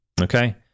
okay